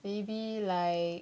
maybe like